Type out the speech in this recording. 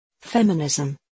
Feminism